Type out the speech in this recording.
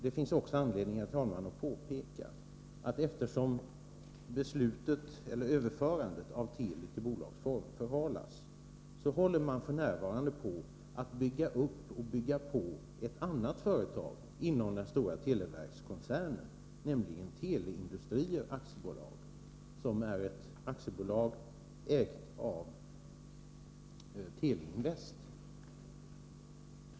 Det finns också anledning att påpeka att man, eftersom ett överförande av Teli till bolagsform förhalas, håller på att bygga upp och bygga på ett annat företag inom den stora televerkskoncernen, nämligen Teleindustrier AB, som ägs av Teleinvest AB.